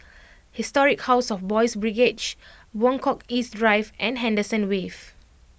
Historic House of Boys' Brigade Buangkok East Drive and Henderson Wave